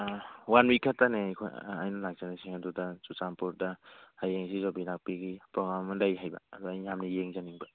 ꯑꯥ one week ꯈꯛꯇꯅꯦ ꯑꯩꯈꯣꯏ ꯑꯩꯅ ꯂꯥꯛꯆꯔꯤꯁꯦ ꯑꯗꯨꯗ ꯆꯨꯆꯥꯟꯄꯨꯔꯗ ꯍꯌꯦꯡꯁꯤ ꯌꯨꯕꯤ ꯂꯥꯛꯄꯤꯒꯤ ꯄ꯭ꯔꯣꯒꯥꯝ ꯑꯃ ꯂꯩ ꯍꯥꯏꯕ ꯑꯗꯨ ꯑꯩꯅ ꯌꯥꯝ ꯌꯦꯡꯖꯅꯤꯡꯕ